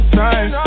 time